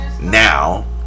now